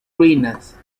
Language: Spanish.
ruinas